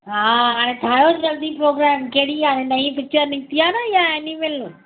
हा हाणे ठाहियो जल्दी प्रोग्राम कहिड़ी आहे हाणे नई पिचरु निकिती आहे न इहा एनिमल